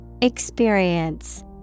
Experience